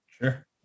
Sure